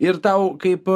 ir tau kaip